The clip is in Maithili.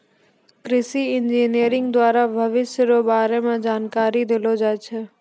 कृषि इंजीनियरिंग द्वारा भविष्य रो बारे मे जानकारी देलो जाय छै